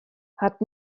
hat